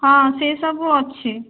ହଁ ସେସବୁ ଅଛି